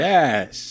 Yes